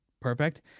perfect